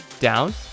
down